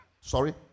sorry